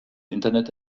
internet